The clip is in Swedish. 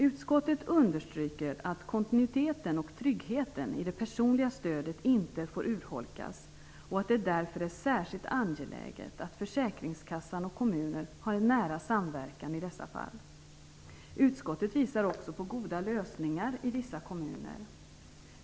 Utskottet understryker att kontinuiteten och tryggheten i det personliga stödet inte får urholkas, och att det därför är särskilt angeläget att försäkringskassan och kommunerna har en nära samverkan i dessa fall. Utskottet visar också på goda lösningar i vissa kommuner.